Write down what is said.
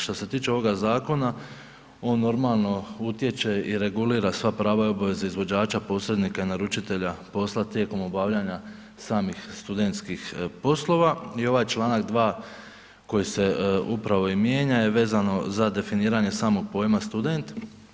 Što se tiče ovoga zakona, on normalno utječe i regulira sva prava i obveze posrednika i naručitelja posla tijekom obavljanja samih studentskih poslova i ovaj čl. 2. koji se upravo i mijenja je vezano za definiranje samog pojma student.